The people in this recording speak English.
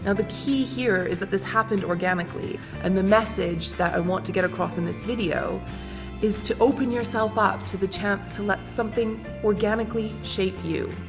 ah the key here is that this happened organically and the message that i want to get across in this video is to open yourself up to the chance to let something organically shape you.